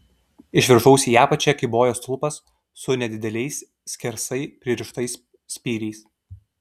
iš viršaus į apačią kybojo stulpas su nedideliais skersai pririštais spyriais